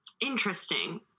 Interesting